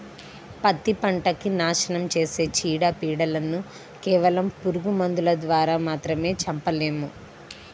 పత్తి పంటకి నాశనం చేసే చీడ, పీడలను కేవలం పురుగు మందుల ద్వారా మాత్రమే చంపలేము